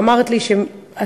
ואמרת לי שאת